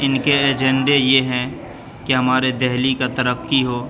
ان کے ایجنڈے یہ ہیں کہ ہمارے دہلی کا ترقی ہو